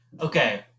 Okay